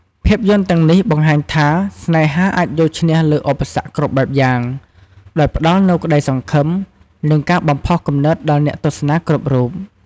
ភាពយន្តទាំងនេះបង្ហាញថា ស្នេហាអាចយកឈ្នះលើឧបសគ្គគ្រប់បែបយ៉ាង ដោយផ្តល់នូវក្តីសង្ឃឹម និងការបំផុសគំនិតដល់អ្នកទស្សនាគ្រប់រូប។